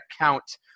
count